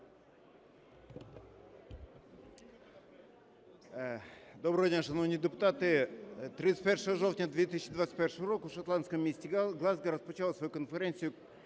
Доброго дня, шановні депутати. 31 жовтня 2021 року в шотландському місті Глазго розпочала свою роботу Конференції